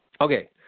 Okay